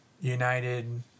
United